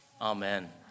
Amen